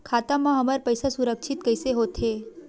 खाता मा हमर पईसा सुरक्षित कइसे हो थे?